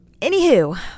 Anywho